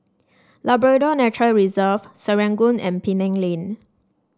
Labrador Nature Reserve Serangoon and Penang Lane